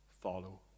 Follow